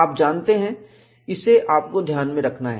आप जानते हैं इसे आप को ध्यान में रखना है